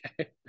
Okay